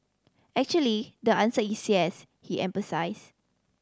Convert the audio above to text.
actually the answer is yes he emphasised